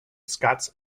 scots